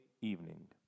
evening